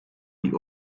the